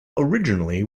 originally